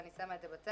ואני שמה את זה בצד.